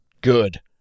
Good